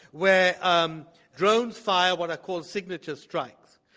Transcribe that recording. where um drones fire what are called signature strikes.